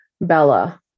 Bella